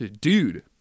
Dude